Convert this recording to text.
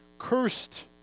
Cursed